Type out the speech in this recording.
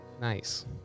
nice